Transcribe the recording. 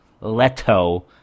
Leto